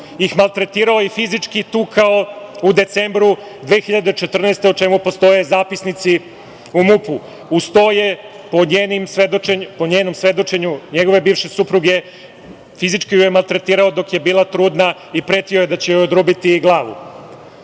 maltretirao i fizički tukao u decembru 2014. godine, o čemu postoje zapisnici u MUP-u. Uz to je, po njenom svedočenju, njegove bivše supruge, fizički ju je maltretirao, dok je bila trudna i pretio je da će joj odrubiti glavu.